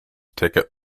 ticket